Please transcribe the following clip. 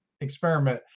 experiment